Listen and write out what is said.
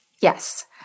Yes